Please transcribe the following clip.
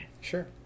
Sure